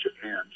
Japan